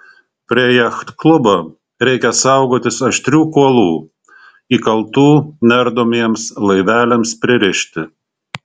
prie jachtklubo reikia saugotis aštrių kuolų įkaltų neardomiems laiveliams pririšti